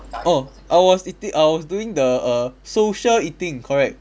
oh I was eati~ I was doing the err social eating correct